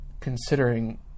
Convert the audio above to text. considering